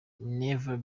never